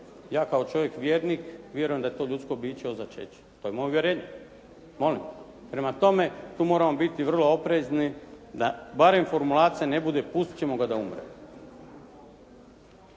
ja kao čovjek vjernik vjerujem da je to ljudsko biće od začeća. To je moje uvjerenje, molim. Prema tome tu moramo biti vrlo oprezni da barem formulacija ne bude: «Pustit ćemo ga da umre.»